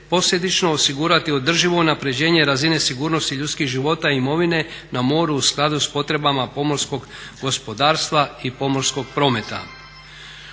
posljedično osigurati održivo unaprjeđenje razine sigurnosti ljudskih života i imovine na moru u skladu s potrebama pomorskog gospodarstva i pomorskog prometa.